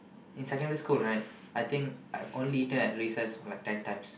in secondary school right I think I've only eaten recess for like ten times